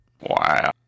Wow